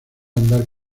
andar